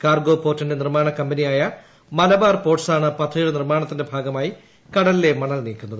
cargo പോർട്ടിന്റെ നിർമാണ കമ്പനിയായ മലബാർ പോർട്സ് ആണ് പദ്ധതിയുടെ നിർമാണത്തിന്റെ ഭാഗമായി കടലിലെ മണൽ നീക്കുന്നത്